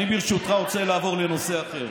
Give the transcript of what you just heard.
אני ברשותך רוצה לעבור לנושא אחר.